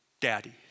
Daddy